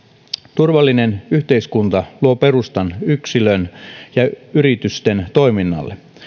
turvallinen yhteiskunta luo perustan yksilön ja yritysten toiminnalle